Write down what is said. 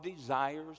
desires